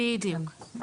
בדיוק,